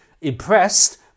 impressed